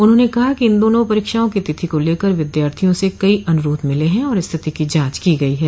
उन्होंने कहा कि इन दोनों परीक्षाओं की तिथि को लेकर विद्यार्थियों से कई अनुरोध मिले हैं और स्थिति की जांच की गई है